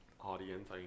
audience